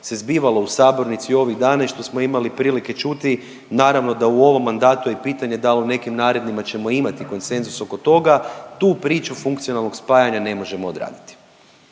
se zbivalo u sabornici ovih dana i što smo imali prilike čuti naravno da u ovom mandatu je pitanje da li u nekim narednima ćemo imati konsenzus oko toga. Tu priču funkcionalnog spajanja ne možemo odraditi